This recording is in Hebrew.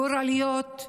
גורליות,